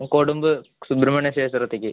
കൊടുമ്പ് സുബ്രമണ്യ ക്ഷേത്രത്തിലേക്ക്